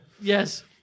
Yes